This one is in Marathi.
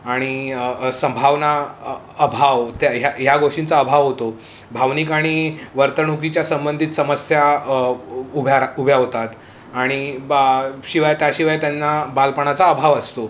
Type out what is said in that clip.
आणि संभावना अभाव त्या ह्या ह्या गोष्टींचा अभाव होतो भावनिक आणि वर्तणुकीच्या संबंधित समस्या उभ्या उभ्या होतात आणि बा शिवाय त्याशिवाय त्यांना बालपणाचा अभाव असतो